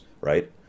right